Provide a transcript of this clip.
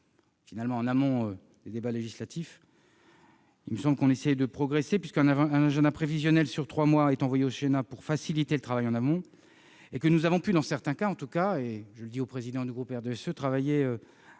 parlementaires en amont des débats législatifs. Il me semble qu'on essaye de progresser, puisqu'un agenda prévisionnel sur trois mois est envoyé au Sénat pour faciliter le travail en amont et que nous avons pu, dans certains cas- c'est au président du groupe du RDSE que